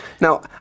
Now